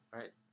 right